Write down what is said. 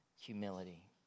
humility